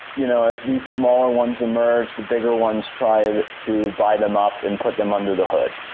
you know as the smaller ones emerge, the bigger ones try and to buy them up and put them under the hood.